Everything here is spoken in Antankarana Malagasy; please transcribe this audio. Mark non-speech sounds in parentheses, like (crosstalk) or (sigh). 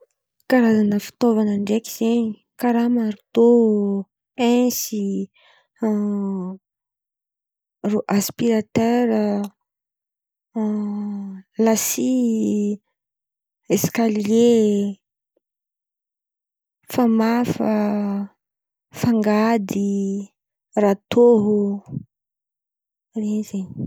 Karazan̈a fitaovana ndraiky zen̈y karà maritô, pinsy, (hesitation) rô asipiratera, (hesitation) lasy, esikalie, famafa, fangady, ratô iren̈y zen̈y.